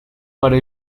para